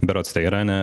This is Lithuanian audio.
berods teherane